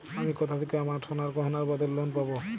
আমি কোথা থেকে আমার সোনার গয়নার বদলে লোন পাবো?